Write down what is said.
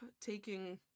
taking